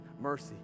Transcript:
mercy